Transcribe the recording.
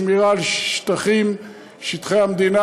שמירה על שטחי המדינה,